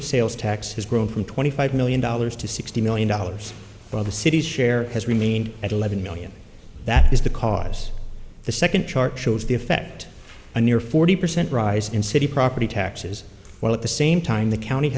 of sales tax has grown from twenty five million dollars to sixty million dollars while the city's share has remained at eleven million that is the cause the second chart shows the effect a near forty percent rise in city property taxes while at the same time the county